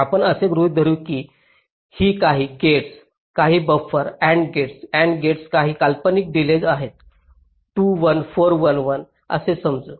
आपण असे गृहित धरू की ही काही गेट्स काही buffer AND gate AND gate काही काल्पनिक डिलेज आहेत 2 1 4 1 1 असे समजू